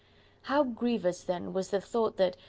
how grievous then was the thought that,